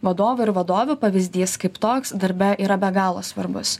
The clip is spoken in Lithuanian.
vadovų ir vadovių pavyzdys kaip toks darbe yra be galo svarbus